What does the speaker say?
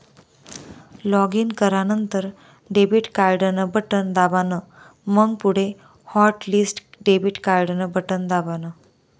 login करानंतर debit card न button दाबान, मंग पुढे हॉटलिस्ट डेबिट कार्डन बटन दाबान